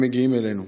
הם מגיעים אלינו.